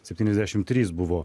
septyniasdešimt trys buvo